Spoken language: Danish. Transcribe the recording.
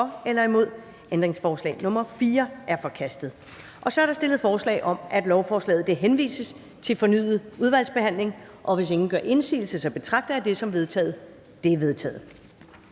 eller imod stemte 0 Ændringsforslag nr. 4 er forkastet. Så er der stillet forslag om, at lovforslaget henvises til fornyet udvalgsbehandling. Hvis ingen gør indsigelse, betragter jeg det som vedtaget. Det er vedtaget.